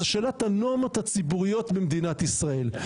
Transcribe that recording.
זו שאלת הנורמות הציבוריות במדינת ישראל.